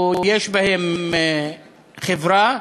או יש בהם חברה.